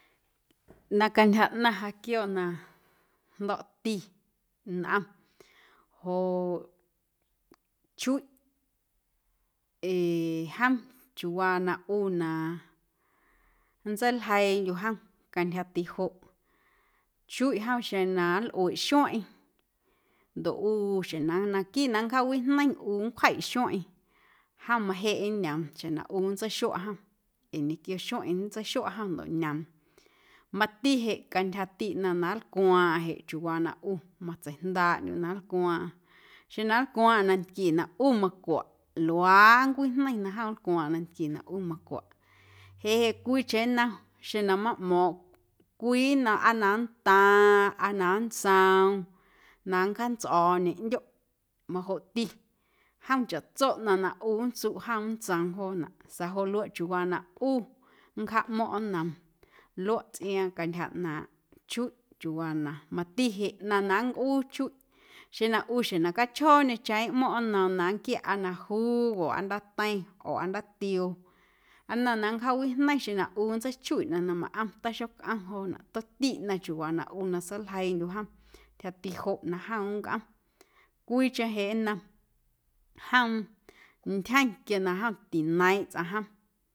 Na cantyja ꞌnaⁿ ja quiooꞌ na jndo̱ꞌti nꞌom joꞌ chuiꞌ ee jom chiuuwaa na ꞌu na nntseiljeiindyuꞌ jom cantyjati joꞌ, chuiꞌ jom xeⁿ na nlꞌueꞌ xueⁿꞌeⁿ ndoꞌ ꞌu xjeⁿ na naquiiꞌ na nncjaawijneiⁿ ꞌu nncwjiꞌ xueⁿꞌeⁿ jomꞌ majeꞌ nñoom xjeⁿ na ꞌu nntseixuaꞌ jom ee ñequio xueⁿꞌeⁿ nntseixuaꞌ jom ndoꞌ ñoom mati jeꞌ cantyjati ꞌnaⁿ na nlcwaaⁿꞌaⁿ jeꞌ chiuuwaa na ꞌu matseiꞌjndaaꞌndyuꞌ na nlcwaaⁿꞌaⁿ xeⁿ na nlcwaaⁿꞌaⁿ nantquie na ꞌu macwaꞌ luaaꞌ nncwijneiⁿ na jom nlcwaaⁿꞌaⁿ nantquie na ꞌu nlcwaꞌ jeꞌ jeꞌ cwiicheⁿ nnom xeⁿ na maꞌmo̱o̱ⁿ cwii nnom aa na nntaaⁿ aa na nntsoom na nncjaantsꞌo̱o̱ñe ꞌndyoꞌ majoꞌti jom chaꞌtso ꞌnaⁿ na ꞌu nntsuꞌ jom nntsoom joonaꞌ sa̱a̱ joꞌ luaꞌ chiuuwaa na ꞌu nncjaaꞌmo̱ⁿꞌ nnoom luaꞌ tsꞌiaaⁿ cantyja ꞌnaaⁿꞌ chuiꞌ chiuuwaa na mati jeꞌ ꞌnaⁿ na nncꞌuu chuiꞌ xeⁿ na ꞌu xjeⁿ na cachjooñecheⁿ nꞌmo̱ⁿꞌ nnoom na nnquiaꞌ aa na jugo aa ndaateiⁿ oo aa ndaatioo nnnom na nncjawijneiⁿ xeⁿ na ꞌu nntseichuiꞌ ꞌnaⁿ na maꞌom taxocꞌom joonaꞌ tomti ꞌnaⁿ chiuuwa na ꞌu na seiljeiindyuꞌ jom ntyjati joꞌ na jom nncꞌom cwiicheⁿ jeꞌ nnom jom ntyjeⁿ quia na jomtineiiⁿꞌ tsꞌaⁿ jom.